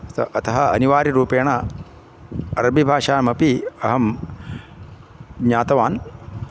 अतः अनिवार्यरुपेण अरबीभाषाम् अपि अहं ज्ञातवान्